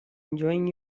enjoying